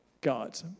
God